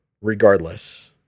regardless